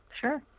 Sure